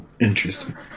Interesting